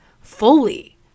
fully